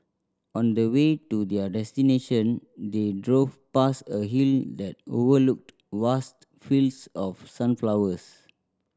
on the way to their destination they drove past a hill that overlooked vast fields of sunflowers